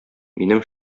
минем